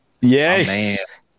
Yes